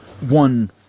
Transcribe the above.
one